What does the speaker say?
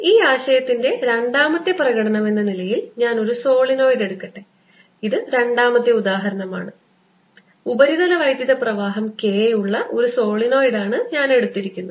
ഈ ആശയത്തിന്റെ രണ്ടാമത്തെ പ്രകടനമെന്ന നിലയിൽ ഞാൻ ഒരു സോളിനോയിഡ് എടുക്കട്ടെ ഇത് രണ്ടാമത്തെ ഉദാഹരണമാണ് ഉപരിതല വൈദ്യുത പ്രവാഹം K ഉള്ള ഒരു സോളിനോയിഡ് ആണ് ഞാൻ എടുത്തിരിക്കുന്നത്